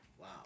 Wow